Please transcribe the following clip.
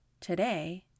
today